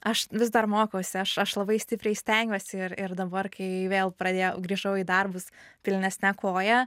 aš vis dar mokausi aš aš labai stipriai stengiuosi ir ir dabar kai vėl pradėjau grįžau į darbus pilnesne koja